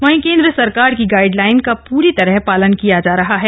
वहीं केन्द्र सरकार की गाइडलाइन का पूरी तरह पालन किया जा रहा है